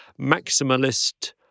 maximalist